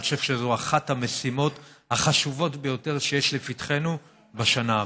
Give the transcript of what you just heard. אני חושב שזו אחת המשימות החשובות ביותר שיש לפתחנו בשנה הבאה.